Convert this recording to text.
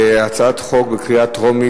אנחנו נעבור להצעת חוק בקריאה טרומית,